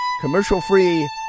Commercial-free